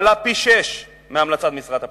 מעלה פי-שישה מהמלצת משרד הפנים,